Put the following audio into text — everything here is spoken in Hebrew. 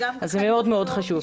אז זה מאוד מאוד חשוב.